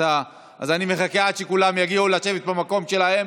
אני מחכה עד שכולם יגיעו לשבת במקומות שלהם.